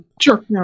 Sure